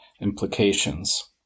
implications